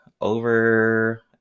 over